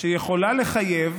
שיכולה לחייב